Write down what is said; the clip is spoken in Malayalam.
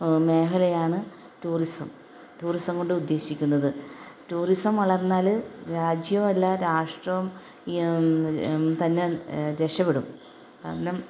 മേഖലയാണ് ടൂറിസം ടൂറിസം കൊണ്ട് ഉദ്ദേശിക്കുന്നത് ടൂറിസം വളർന്നാൽ രാജ്യമല്ല രാഷ്ട്രവും തന്നെ രക്ഷപ്പെടും കാരണം